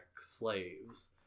slaves